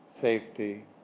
safety